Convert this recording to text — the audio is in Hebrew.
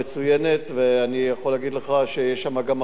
ואני יכול להגיד לך שיש שם גם הרבה הצלחות.